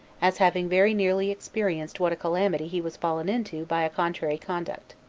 as having very nearly experienced what a calamity he was fallen into by a contrary conduct.